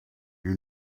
you